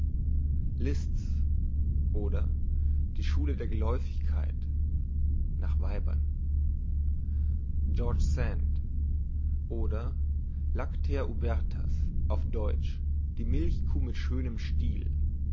oder die schule der geläufigkeit nach weibern george sand oder lactea ubertas auf deutsch die milchkuh mit schönem stil